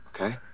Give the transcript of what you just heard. okay